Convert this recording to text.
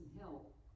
help